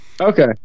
Okay